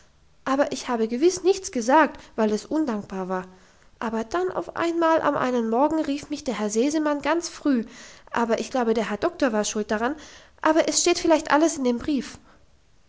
aber ich habe gewiss nichts gesagt weil es undankbar war aber dann auf einmal an einem morgen rief mich der herr sesemann ganz früh aber ich glaube der herr doktor war schuld daran aber es steht vielleicht alles in dem brief